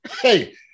Hey